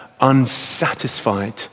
unsatisfied